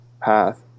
path